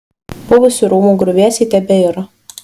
buvusių rūmų griuvėsiai tebeiro